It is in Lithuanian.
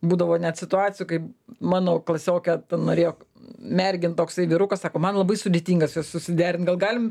būdavo net situacijų kai mano klasiokę ten norėjo mergint toksai vyrukas sako man labai sudėtinga su ja susiderint gal galim